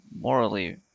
Morally